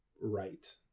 right